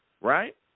Right